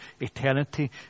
eternity